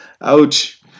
Ouch